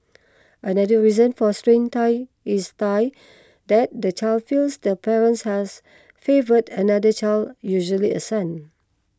another reason for strained ties is tie that the child feels the parent has favoured another child usually a son